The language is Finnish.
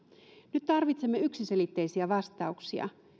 nyt tarvitsemme yksiselitteisiä vastauksia